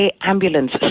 ambulance